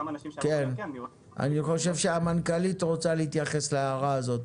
אני חושב שהמנכ"לית רוצה להתייחס להערה הזאת,